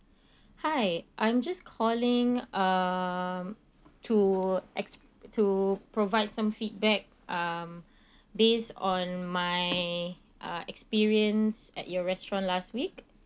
hi I'm just calling um to ex~ to provide some feedback um based on my uh experience at your restaurant last week